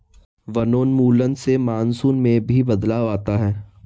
वनोन्मूलन से मानसून में भी बदलाव आता है